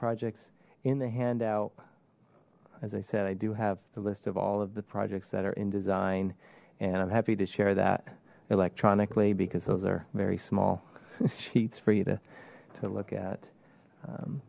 projects in the handout as i said i do have the list of all of the projects that are in design and i'm happy to share that electronically because those are very small sheets for you to to look at